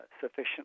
sufficient